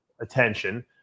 attention